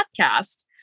podcast